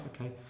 okay